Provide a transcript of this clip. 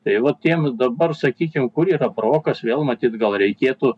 tai va tiems dabar sakykim kur yra brokas vėl matyt gal reikėtų